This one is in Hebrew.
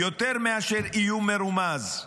יותר מאשר איום מרומז: